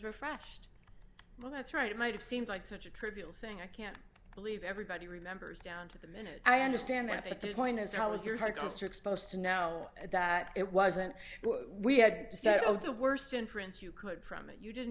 refresh well that's right it might have seemed like such a trivial thing i can't believe everybody remembers down to the minute i understand that at this point is how was your harvester exposed to know that it wasn't we had to start of the worst inference you could from it you didn't